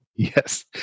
Yes